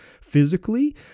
physically